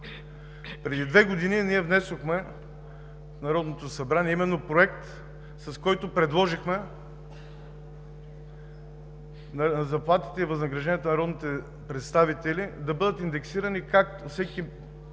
Преди две години ние внесохме в Народното събрание именно проект, с който предложихме заплатите и възнагражденията на народните представители да бъдат индексирани всяка